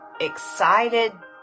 excited